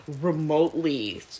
remotely